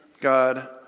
God